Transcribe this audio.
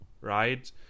right